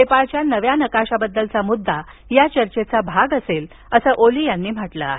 नेपाळच्या नव्या नकाशाबद्दलचा मुद्दा या चर्चेचा भाग असेल असं ओली यांनी म्हटलं आहे